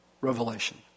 Revelation